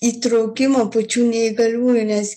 įtraukimo pačių neįgaliųjų nes